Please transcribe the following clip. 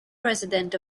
president